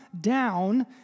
down